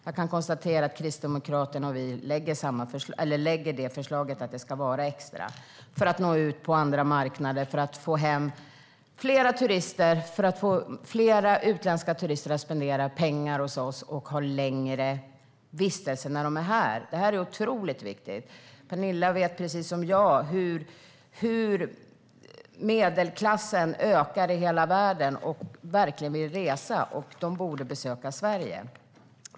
Jag kan konstatera att Kristdemokraterna och vi lägger fram förslaget att det ska vara extra. Det handlar om att nå ut på andra marknader, få hem fler turister och få fler utländska turister att spendera pengar hos oss samt ha en längre vistelse när de är här. Detta är otroligt viktigt. Penilla vet precis som jag hur medelklassen ökar i hela världen och verkligen vill resa, och de borde besöka Sverige.